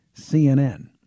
CNN